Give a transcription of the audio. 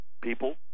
people